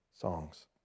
songs